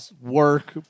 work